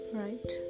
right